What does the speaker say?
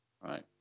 Right